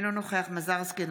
אינו נוכח טטיאנה מזרסקי,